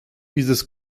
dieses